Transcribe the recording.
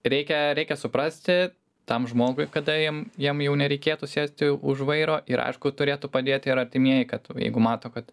reikia reikia suprasti tam žmogui kada jam jam jau nereikėtų sėsti už vairo ir aišku turėtų padėti ir artimieji kad jeigu mato kad